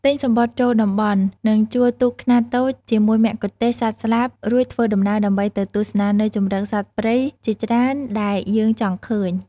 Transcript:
ទិញសំបុត្រចូលតំបន់ និងជួលទូកខ្នាតតូចជាមួយមគ្គុទេសក៍សត្វស្លាបរួចធ្វើដំណើរដើម្បីទៅទស្សនានៅជម្រកសត្វព្រៃជាច្រើនដែលយើងចង់ឃើញ។